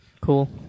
Cool